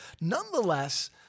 nonetheless